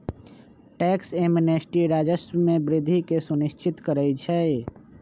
tax amnesty राजस्व में वृद्धि के सुनिश्चित करइ छै